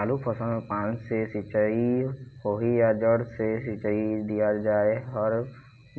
आलू फसल मे पान से सिचाई होही या जड़ से सिचाई दिया जाय हर